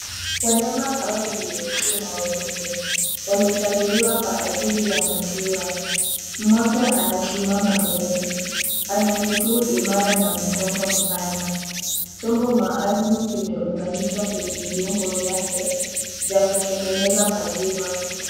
Wanyama hawa ni weusi na weupa. Wamechaguliwa kwa ajili ya maziwa. Mmoja anasimama mbele ana miguu imara na mikomba mpana. Chombo maalumu kimeunganishwa kwenye viungo vyake vya kutengeneza maziwa.